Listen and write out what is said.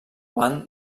ban